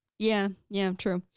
yeah, yeah, true,